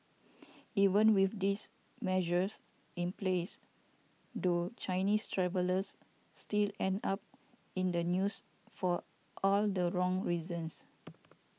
even with these measures in place though Chinese travellers still end up in the news for all the wrong reasons